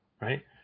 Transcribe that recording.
right